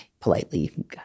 politely